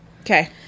Okay